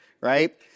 right